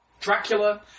Dracula